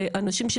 זה אנשים,